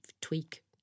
tweak